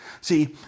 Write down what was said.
See